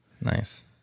Nice